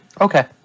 Okay